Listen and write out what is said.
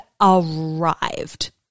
arrived